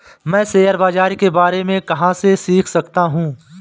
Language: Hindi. मैं शेयर बाज़ार के बारे में कहाँ से सीख सकता हूँ?